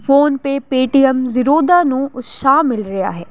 PhonePe Paytm Zerodha ਨੂੰ ਉਤਸ਼ਾਹ ਮਿਲ ਰਿਹਾ ਹੈ